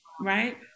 right